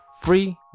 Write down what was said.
free